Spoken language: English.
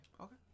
okay